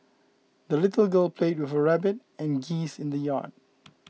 the little girl played with her rabbit and geese in the yard